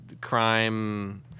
crime